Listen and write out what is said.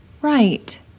Right